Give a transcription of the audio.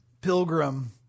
pilgrim